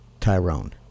Tyrone